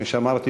כמו שאמרתי,